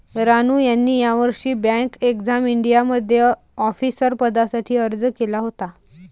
रानू यांनी यावर्षी bank exam इंडियामध्ये ऑफिसर पदासाठी अर्ज केला होता